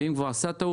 ואם הוא כבר עשה טעות,